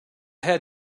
had